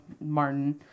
Martin